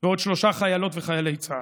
ועוד שלושה חיילות וחיילי צה"ל.